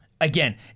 again